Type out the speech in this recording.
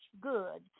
good